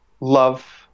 love